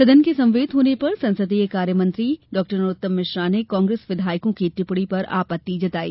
सदन के समवेत होने पर संसदीय कार्य मंत्री नरोत्तम मिश्रा ने कांग्रेस विधायकों की टिप्पणी पर आपत्ति जताई